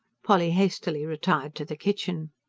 polly hastily retired to the kitchen.